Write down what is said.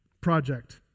project